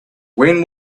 when